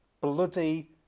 bloody